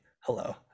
hello